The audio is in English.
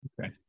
Okay